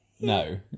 No